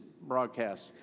broadcast